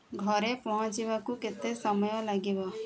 ଘରେ ପହଞ୍ଚିବାକୁ କେତେ ସମୟ ଲାଗିବ